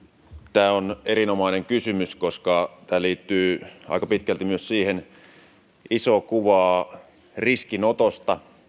tämä on erinomainen kysymys koska tämä liittyy aika pitkälti myös siihen isoon kuvaan riskinotosta